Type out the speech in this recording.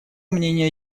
мнение